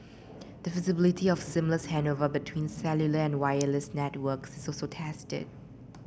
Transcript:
the feasibility of seamless handover between cellular and wireless networks tested